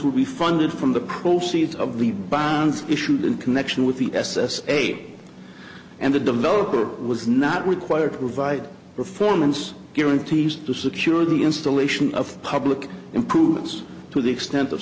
will be funded from the proceeds of the bonds issued in connection with the s s eight and the developer was not required to provide performance guarantees to secure the installation of public improvements to the extent of